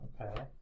okay